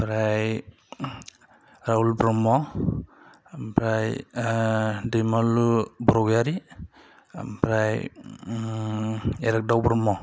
ओमफ्राय राहुल ब्रह्म ओमफ्राय दैमालु बरगयारी ओमफ्राय इराग्दाव ब्रह्म